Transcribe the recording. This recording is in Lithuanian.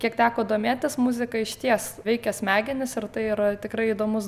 kiek teko domėtis muzika išties veikia smegenis ir tai yra tikrai įdomus